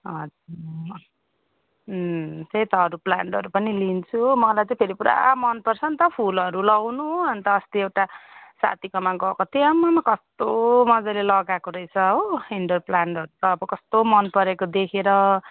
अँ त्यही त अरू प्लान्टहरू पनि लिन्छु हो मलाई त फेरि पुरा मन पर्छ नि त फुलहरू लगाउनु हो अनि त अस्ति एउटा साथीकोमा गएको थिएँ आम्मामा कस्तो मजाले लगाएको रहेछ हो इन्डोर प्लान्टहरू त अब कस्तो मन परेको देखेर